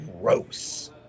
gross